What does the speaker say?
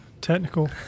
technical